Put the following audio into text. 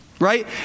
Right